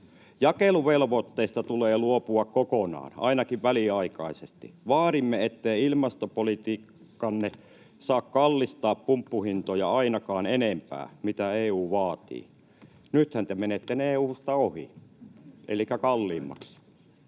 Jakeluvelvoitteista tulee luopua kokonaan, ainakin väliaikaisesti. Vaadimme, ettei ilmastopolitiikkamme saa kallistaa pumppuhintoja ainakaan enempää kuin mitä EU vaatii. Nythän te menette EU:sta ohi, elikkä kalliimmaksi.